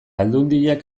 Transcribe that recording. aldundiak